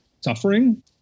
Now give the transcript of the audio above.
suffering